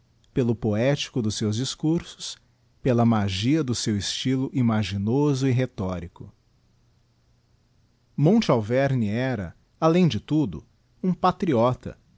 pelo poético dos seus discursos pela magia do seu estylo imaginoso e rhetorico monte alveme era alem de tudo um patriota